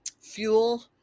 fuel